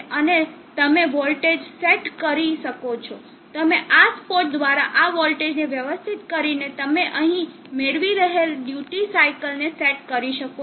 અને તમે voltage set કરી શકો છો તમે આ સ્પોટ દ્વારા આ વોલ્ટેજને વ્યવસ્થિત કરીને તમે અહીં મેળવી રહેલા ડ્યુટી સાઇકલ ને સેટ કરી શકો છો